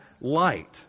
light